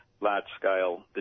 large-scale